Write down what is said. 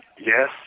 Yes